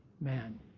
man